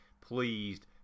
pleased